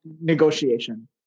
negotiation